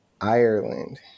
ireland